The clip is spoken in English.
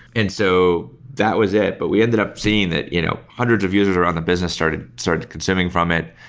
and so that was it, but we ended up seeing that you know hundreds of users are on the business started started consuming from it.